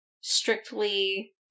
strictly